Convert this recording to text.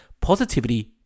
positivity